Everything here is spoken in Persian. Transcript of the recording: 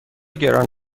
گران